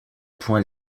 point